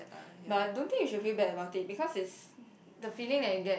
but I don't think you should feel bad about it because it's the feeling that you get